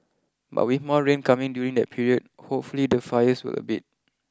but with more rain coming during that period hopefully the fires will abate